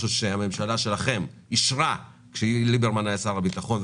משהו שהממשלה שלכם אישרה כשליברמן היה שר הביטחון,